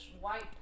white